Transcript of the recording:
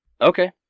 Okay